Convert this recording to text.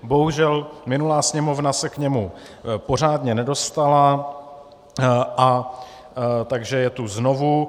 Bohužel minulá Sněmovna se k němu pořádně nedostala, takže je tu znovu.